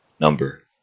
number